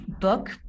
book